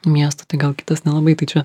miesto tai gal kitas nelabai tai čia